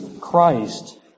Christ